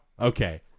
okay